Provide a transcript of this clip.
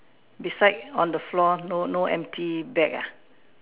beside on the floor no no empty bag ah